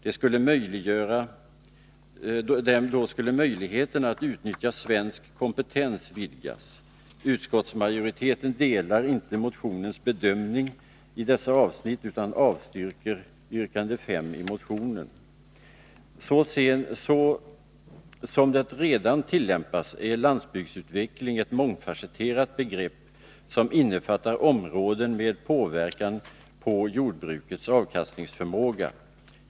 Därmed skulle möjligheterna att utnyttja svensk kompetens vidgas. Utskottsmajoriteten delar inte motionens bedömning i dessa avsnitt utan avstyrker yrkande 5 i motionen. Så som det redan tillämpas är landsbygdsutveckling ett mångfasetterat begrepp, som innefattar områden med påverkan på jordbrukets avkastningsförmåga.